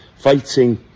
fighting